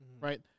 Right